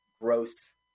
gross